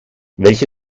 welche